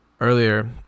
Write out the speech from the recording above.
earlier